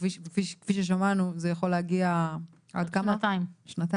שכפי ששמענו זה יכול להגיע עד שנתיים,